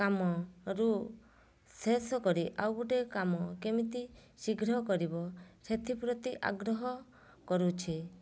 କାମରୁ ଶେଷ କରି ଆଉ ଗୋଟିଏ କାମ କେମିତି ଶୀଘ୍ର କରିବ ସେଥିପ୍ରତି ଆଗ୍ରହ କରୁଛି